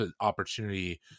opportunity